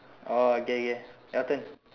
oh okay okay your turn